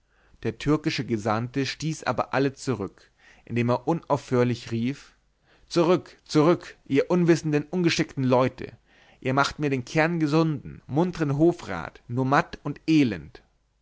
der türkische gesandte stieß aber alle zurück indem er unaufhörlich rief zurück zurück ihr unwissenden ungeschickten leute ihr macht mir den kerngesunden muntern hofrat nur matt und elend